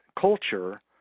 culture